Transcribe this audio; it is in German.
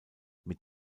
mit